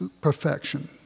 perfection